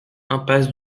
impasse